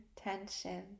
tension